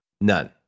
None